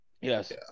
Yes